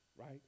Right